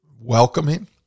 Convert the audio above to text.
welcoming